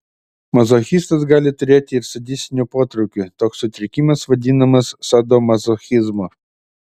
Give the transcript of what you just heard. mazochistas gali turėti ir sadistinių potraukių toks sutrikimas vadinamas sadomazochizmu